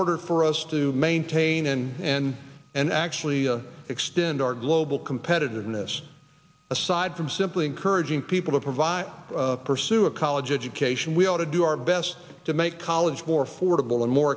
order for us to maintain and and actually to extend our global competitiveness aside from simply encouraging people to provide pursue a college education we ought to do our best to make college more affordable and more